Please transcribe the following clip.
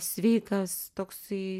sveikas toksai